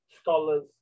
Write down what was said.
scholars